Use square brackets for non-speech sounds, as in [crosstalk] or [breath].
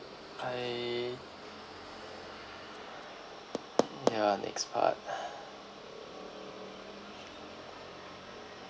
I yeah next part [breath]